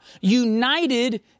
united